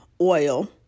oil